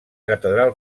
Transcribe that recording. catedral